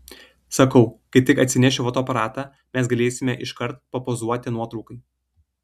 sakau kai tik atsinešiu fotoaparatą mes galėsime iškart papozuoti nuotraukai